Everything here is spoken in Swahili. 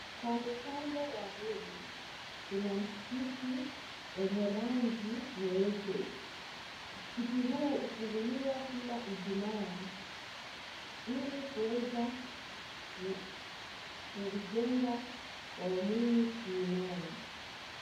Kando kando ya reli, kuna msikiti wenye rangi nyeupe. Msikizi huu hufunguliwa kila ijumaa ili kuweza kujenga waumini kiimani.